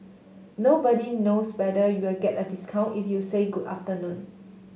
nobody knows whether you'll get a discount if you say good afternoon